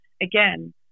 again